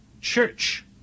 church